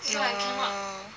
orh